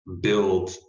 build